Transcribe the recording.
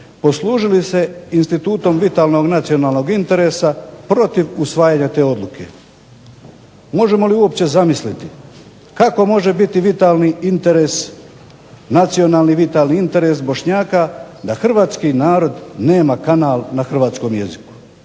poslužili se institutom vitalnom od nacionalnog interesa protiv usvajanja te odluke. Možemo li uopće zamisliti kako može biti vitalni interes, nacionalni vitalni interes Bošnjaka da hrvatski narod nema kanal na hrvatskom jeziku?